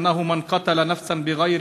כי כל המאבד נפש אחת,